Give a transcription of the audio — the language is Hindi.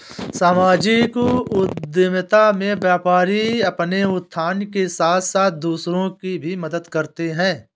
सामाजिक उद्यमिता में व्यापारी अपने उत्थान के साथ साथ दूसरों की भी मदद करते हैं